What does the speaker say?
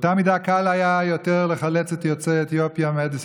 באותה מידה קל היה יותר לחלץ את יוצאי אתיופיה מאדיס